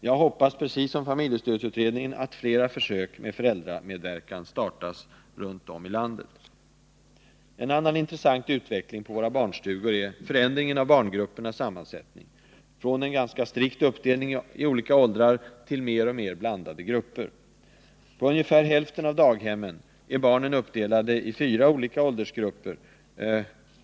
Jag hoppas precis som familjestödsutredningen att flera försök med föräldramedverkan startas runt om i landet. En annan intressant utveckling på våra barnstugor är förändringen av barngruppernas sammansättning, från en ganska strikt uppdelning i olika åldrar till mer eller mindre blandade grupper. På ungefär hälften av daghemmen är barnen uppdelade i fyra olika åldersgrupper.